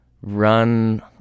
run